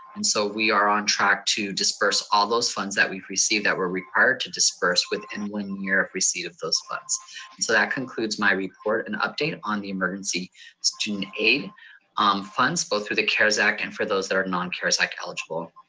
and so we are on track to disburse all those funds that we've received that we're required to disburse within one year of receipt of funds. and so that concludes my report and update on the emergency student aid um funds, both through the cares act, and for those that are non-cares act like eligible.